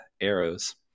arrows